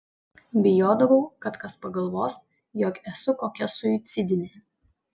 bijodavau kad kas pagalvos jog esu kokia suicidinė